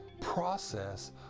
process